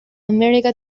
america